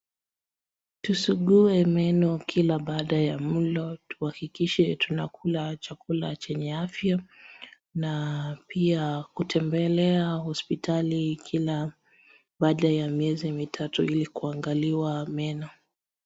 Tususugue meno kila baada ya mlo, tuhakikishe tunakula chakula chenye afya na pia kutembelea hospitali kila baada ya miezi mitatu ili kuangaliwa meno.